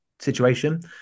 situation